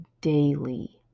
daily